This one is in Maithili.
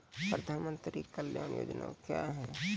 प्रधानमंत्री कल्याण योजना क्या हैं?